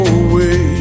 away